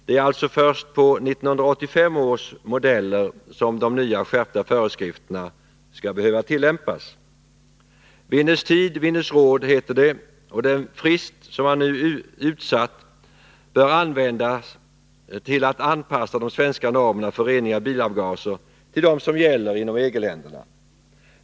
Det är alltså först på 1985 års modeller som de nya, skärpta föreskrifterna skall behöva tillämpas. Vinnes tid vinnes råd, heter det, och den frist som nu utsatts bör användas till att anpassa de svenska normerna för rening av bilavgaser till dem som gäller inom EG-länderna.